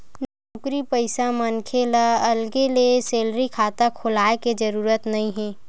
नउकरी पइसा मनखे ल अलगे ले सेलरी खाता खोलाय के जरूरत नइ हे